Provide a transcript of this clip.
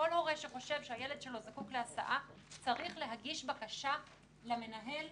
כל הורה שחושב שהילד זקוק להסעה צריך להגיש בקשה למנהל.